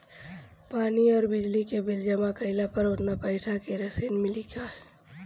पानी आउरबिजली के बिल जमा कईला पर उतना पईसा के रसिद मिली की न?